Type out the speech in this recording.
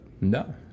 No